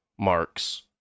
marks